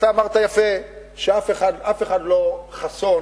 אתה אמרת יפה שאף אחד לא חסין,